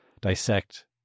Dissect